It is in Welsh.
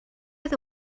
oedd